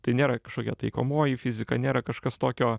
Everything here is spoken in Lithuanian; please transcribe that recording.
tai nėra kažkokia taikomoji fizika nėra kažkas tokio